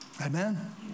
Amen